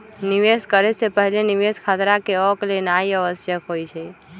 निवेश करे से पहिले निवेश खतरा के आँक लेनाइ आवश्यक होइ छइ